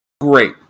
Great